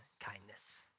kindness